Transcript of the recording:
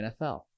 NFL